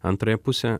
antrąją pusę